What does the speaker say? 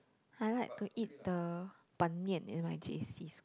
I like to eat the ban-mian in my J_C s~